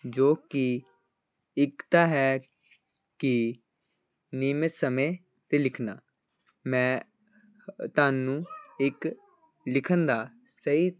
ਜੋ ਕਿ ਇੱਕ ਤਾਂ ਹੈ ਕਿ ਨਿਯਮਤ ਸਮੇਂ 'ਤੇ ਲਿਖਣਾ ਮੈਂ ਤੁਹਾਨੂੰ ਇੱਕ ਲਿਖਣ ਦਾ ਸਹੀ